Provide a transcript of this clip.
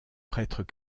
prêtres